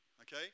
Okay